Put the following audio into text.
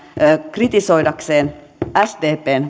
kritisoidakseen sdpn